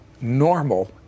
normal